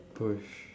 !oi!